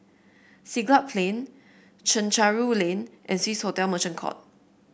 Siglap Plain Chencharu Lane and Swissotel Merchant Court